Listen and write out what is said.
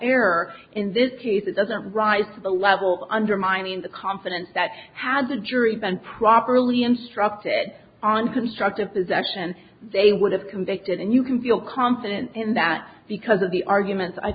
error in this case it doesn't rise to the level undermining the confidence that has a jury been properly instructed on constructive possession they would have convicted and you can feel confident in that because of the arguments i